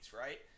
right